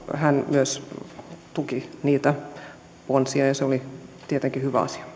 myös tuki niitä ponsia ja se oli tietenkin